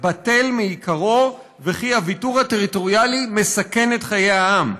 בטל מעיקרו וכי הוויתור הטריטוריאלי מסכן את חיי העם.